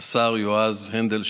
השר יועז הנדל,